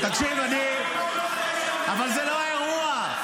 --- תקשיב, אני ------ אבל זה לא האירוע.